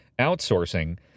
outsourcing